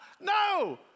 No